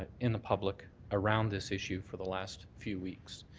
in the public around this issue for the last few weeks.